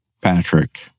Patrick